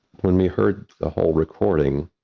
when we heard the whole recording,